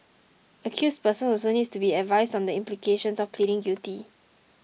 accused persons also need to be advised on the implications of pleading guilty